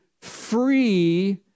free